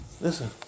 Listen